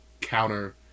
counter